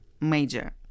major